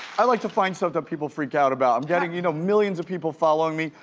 i like to find stuff that people freak out about. i'm getting you know millions of people following me.